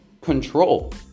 control